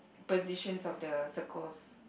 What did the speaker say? positions of the circles